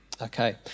Okay